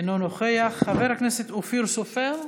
אינו נוכח, חבר הכנסת אופיר סופר,